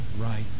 right